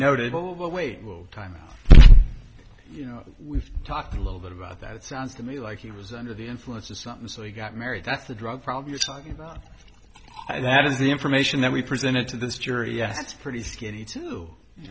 noted overweight time you know we've talked a little bit about that it sounds to me like he was under the influence of something so he got married that's the drug problem you're talking about that is the information that we presented to this jury yes it's pretty skinny too